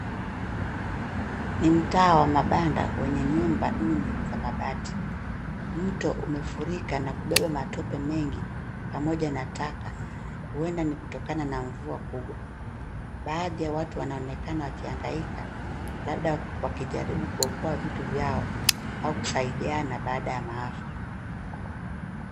Mtaa wa mabanda kwenye nyumba duni za mabati. Mto umefurika na kubeba matope mengi pamoja na taka. Huenda ni kutokana na mvua kubwa. Baadhi ya watu wanaonekana wakihangaika labda wakijaribu kuokoa vitu vyao au kusaidiana baada ya maafa.